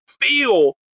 feel